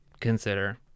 consider